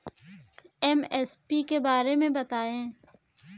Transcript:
MSP के बारे में बतायें?